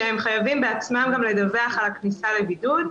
כשהם חייבים בעצמם לדווח על כניסה לבידוד.